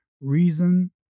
reason